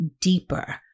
deeper